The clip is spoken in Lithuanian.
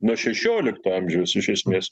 nuo šešiolikto amžiaus iš esmės